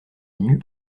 nue